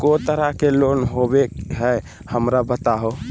को तरह के लोन होवे हय, हमरा बताबो?